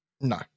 No